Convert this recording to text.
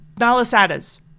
malasadas